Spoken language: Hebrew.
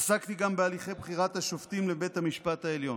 עסקתי גם בהליכי בחירת השופטים לבית המשפט העליון.